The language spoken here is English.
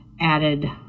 added